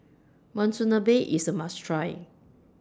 Monsunabe IS A must Try